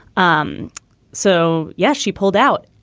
um so, yes, she pulled out.